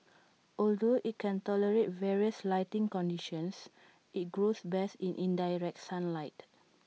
although IT can tolerate various lighting conditions IT grows best in indirect sunlight